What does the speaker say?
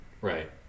Right